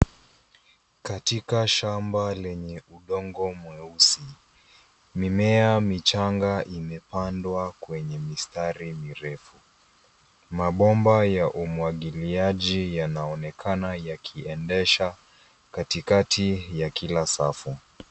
Katika shamba lenye udongo mweusi. Mimea michanga imepandwa kwenye mistari mirefu. Mabomba ya umwangiliaji yanaonekana yakiendesha katikati ya kila safu.